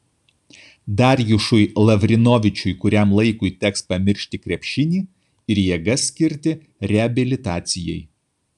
darjušui lavrinovičiui kuriam laikui teks pamiršti krepšinį ir jėgas skirti reabilitacijai